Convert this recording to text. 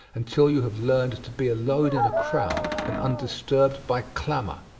until you have learned to be alone in a crowd and undisturbed by clamor.